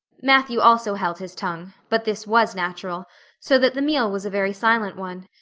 matthew also held his tongue but this was natural so that the meal was a very silent one.